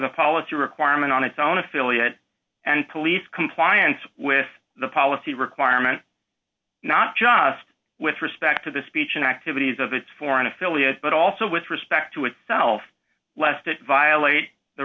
the policy requirement on its own affiliate and police compliance with the policy requirement not just with respect to the speech and activities of its foreign affiliate but also with respect to itself lest it violate the